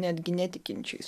netgi netikinčiais